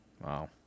Wow